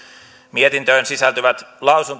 mietintöön sisältyvät